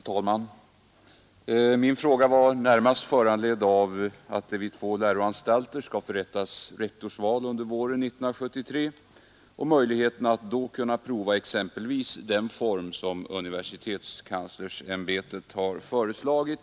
Fru talman! Min fråga var närmast föranledd av att det vid två läroanstalter skall förrättas rektorsval under våren 1973, och den gäller möjligheterna att då kunna prova exempelvis den form för sådana val som universitetskanslersämbetet föreslagit.